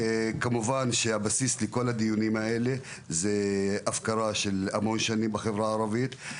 כמובן שהבסיס לכל הדיונים האלה זה הפקרה של המון שנים בחברה הערבית.